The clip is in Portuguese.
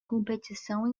competição